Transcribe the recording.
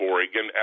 Oregon